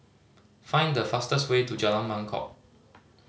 find the fastest way to Jalan Mangkok